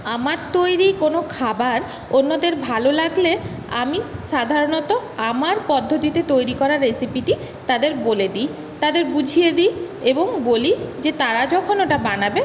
আমার তৈরি কোনো খাবার অন্যদের ভালো লাগলে আমি সাধারণত আমার পদ্ধতিতে তৈরি করা রেসিপিটি তাদের বলে দিই তাদের বুঝিয়ে দিই এবং বলি যে তারা যখন ওটা বানাবে